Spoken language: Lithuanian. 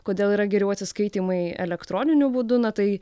kodėl yra geriau atsiskaitymai elektroniniu būdu na tai